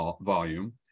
volume